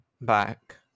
back